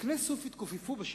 קני הסוף התכופפו בשיטפון,